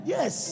Yes